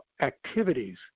activities